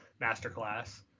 masterclass